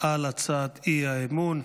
על הצעת אי-האמון.